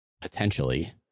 potentially